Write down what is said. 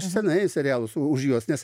senai serialus už juos nes